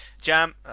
Jam